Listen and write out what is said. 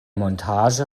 montage